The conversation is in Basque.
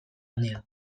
handia